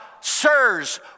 sirs